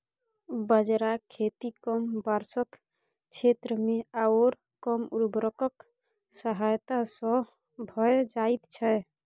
बाजराक खेती कम वर्षाक क्षेत्रमे आओर कम उर्वरकक सहायता सँ भए जाइत छै